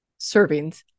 servings